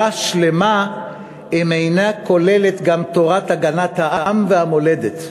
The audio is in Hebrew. שלמה אם אינה כוללת גם תורת הגנת העם והמולדת".